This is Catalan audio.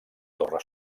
torre